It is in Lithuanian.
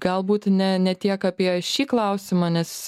galbūt ne ne tiek apie šį klausimą nes